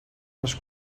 les